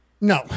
No